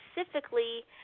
specifically